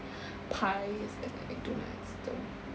pies and like doughnuts though